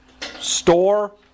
Store